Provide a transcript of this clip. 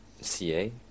Ca